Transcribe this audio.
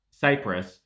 Cyprus